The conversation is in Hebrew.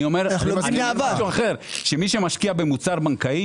אני אומר משהו אחר: מי שמשקיע במוצר בנקאי,